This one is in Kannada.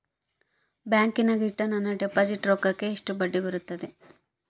ಬ್ಯಾಂಕಿನಾಗ ಇಟ್ಟ ನನ್ನ ಡಿಪಾಸಿಟ್ ರೊಕ್ಕಕ್ಕ ಎಷ್ಟು ಬಡ್ಡಿ ಬರ್ತದ?